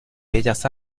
bellas